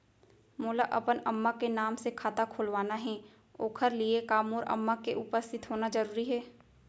मोला अपन अम्मा के नाम से खाता खोलवाना हे ओखर लिए का मोर अम्मा के उपस्थित होना जरूरी हे?